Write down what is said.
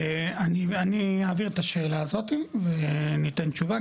אני אעביר את השאלה הזאתי ואני אתן תשובה,